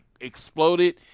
exploded